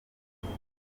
mubiri